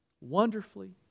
wonderfully